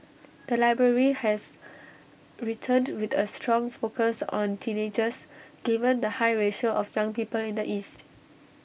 the library has returned with A strong focus on teenagers given the high ratio of young people in the east